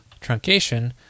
truncation